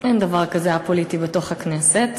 אין דבר כזה, א-פוליטי, בתוך הכנסת.